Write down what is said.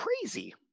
crazy